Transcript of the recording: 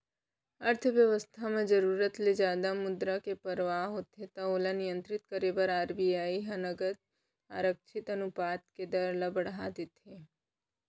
अर्थबेवस्था म जरुरत ले जादा मुद्रा के परवाह होथे त ओला नियंत्रित करे बर आर.बी.आई ह नगद आरक्छित अनुपात के दर ल बड़हा देथे